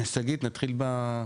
שגית נתחיל באייל בהקראה?